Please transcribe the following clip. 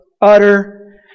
utter